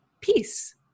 peace